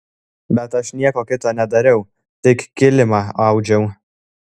bet aš nieko kito nedariau tik kilimą audžiau